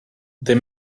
the